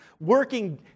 working